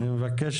אני מבקש